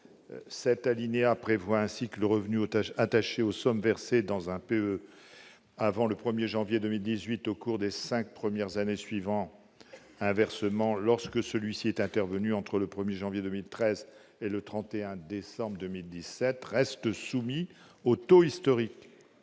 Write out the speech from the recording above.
cet article prévoit que le revenu attaché aux sommes versées dans un plan d'épargne d'entreprise avant le 1 janvier 2018 ou au cours des cinq premières années suivant un versement, lorsque celui-ci est intervenu entre le 1 janvier 2013 et le 31 décembre 2017, reste soumis aux taux historiques.